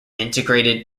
integrated